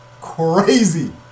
Crazy